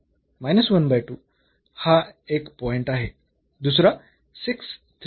म्हणून हा एक पॉईंट आहे दुसरा आहे